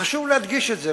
חשוב להדגיש את זה,